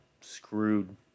screwed